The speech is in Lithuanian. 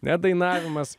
ne dainavimas